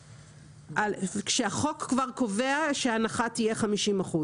כשהחוק כבר קובע שההנחה תהיה 50%,